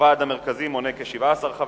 הוועד המרכזי מונה כ-17 חברים,